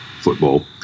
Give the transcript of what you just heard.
football